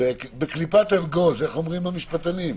חוק בתי המשפט לא חל על ועדות שחרורים,